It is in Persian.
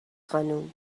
خانم